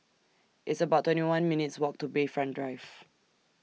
It's about twenty one minutes' Walk to Bayfront Drive